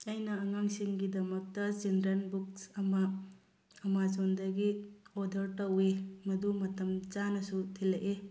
ꯑꯩꯅ ꯑꯉꯥꯡꯁꯤꯡꯒꯤꯗꯃꯛꯇ children books ꯑꯃ ꯑꯃꯥꯖꯣꯟꯗꯒꯤ ꯑꯣꯔꯗꯔ ꯇꯧꯋꯤ ꯃꯗꯨ ꯃꯇꯝ ꯆꯥꯅꯁꯨ ꯊꯤꯜꯂꯛꯏ